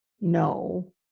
no